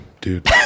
dude